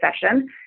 session